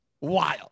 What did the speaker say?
Wild